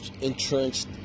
entrenched